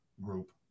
group